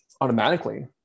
automatically